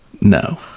No